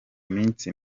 iminsi